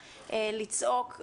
לצעוק,